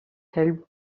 helped